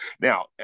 Now